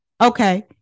Okay